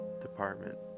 department